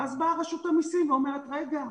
ואז באה רשות המסים ואומרת: רגע,